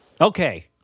Okay